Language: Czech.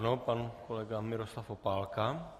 Ano, pan kolega Miroslav Opálka.